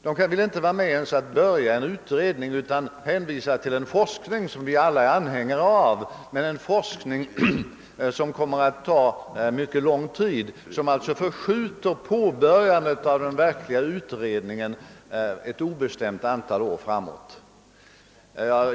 De hänvisar i stället till en forskning som vi alla är anhängare av men som kommer att ta mycket lång tid, vilket alltså skulle förskjuta påbörjandet av den verkliga utredningen ett obestämt antal år framåt.